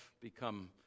become